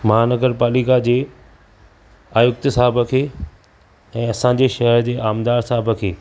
महानगर पालिका जे आयुक्त साहबु खे ऐं असांजे शहर जे आमदार साहबु खे